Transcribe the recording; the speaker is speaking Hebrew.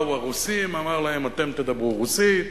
באו הרוסים, אמר להם: אתם תדברו רוסית.